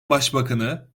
başbakanı